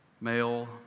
male